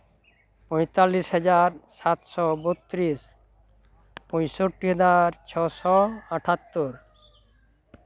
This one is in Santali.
ᱯᱚᱸᱭᱛᱟᱞᱞᱤᱥ ᱦᱟᱡᱟᱨ ᱥᱟᱛᱥᱳ ᱵᱚᱛᱛᱤᱨᱤᱥ ᱯᱚᱸᱭᱥᱚᱴᱴᱤ ᱦᱟᱡᱟᱨ ᱪᱷᱚᱭᱥᱳ ᱟᱴᱷᱟᱛᱛᱳᱨ